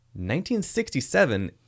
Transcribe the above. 1967